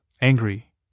angry